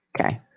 Okay